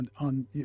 on